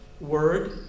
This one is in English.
word